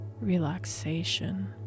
relaxation